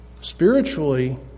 Spiritually